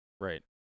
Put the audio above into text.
Right